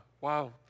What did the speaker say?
wow